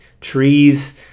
trees